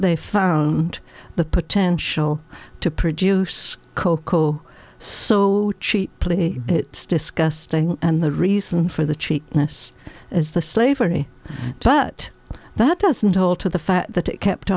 they found the potential to produce cocoa so cheaply it's disgusting and the reason for the cheap this is the slavery but that doesn't alter the fact that it kept